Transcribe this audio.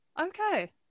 okay